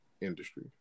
industry